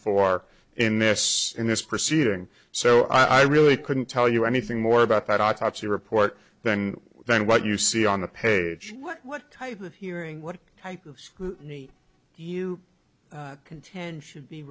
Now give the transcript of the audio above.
for in this in this proceeding so i really couldn't tell you anything more about that autopsy report then then what you see on the page what type of hearing what type of scrutiny you contend should be